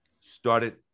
started